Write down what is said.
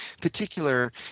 particular